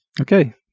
Okay